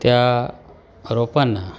त्या रोपांना